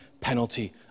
penalty